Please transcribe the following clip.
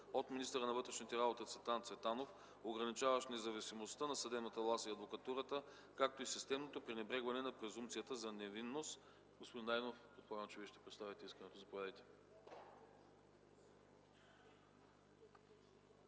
от министъра на вътрешните работи Цветан Цветанов, ограничаващ независимостта на съдебната власт и адвокатурата, както и системното пренебрегване на презумпцията за невинност. Господин Найденов, предполагам, че Вие ще представите искането. Заповядайте.